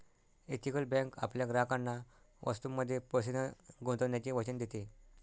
ethical bank आपल्या ग्राहकांना वस्तूंमध्ये पैसे न गुंतवण्याचे वचन देते